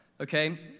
Okay